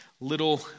little